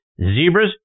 Zebras